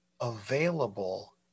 available